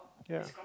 ya